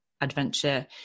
adventure